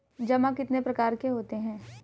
जमा कितने प्रकार के होते हैं?